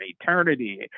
eternity